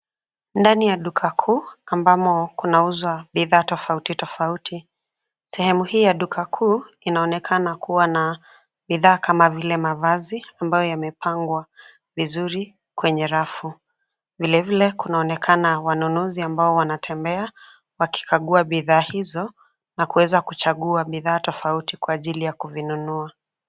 Ndani ya duka kuu, ambamo kunauzwa bidhaa tofauti tofauti. Sehemu hii ya duka kuu, inaonekana kuwa na, bidhaa kama vile mavazi ambayo yamepangwa vizuri, kwenye rafu. Vilevile kunaonekana wanununzi ambao wanatembea, wakikagua bidhaa hizo, na kuweza kuchagua bidhaa tofauti kwa ajili ya kuvinunua.